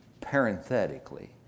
parenthetically